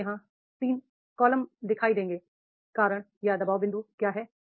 आपको यहाँ 3 कॉलम दिखाई देंगे कारण या दबाव बिंदु क्या है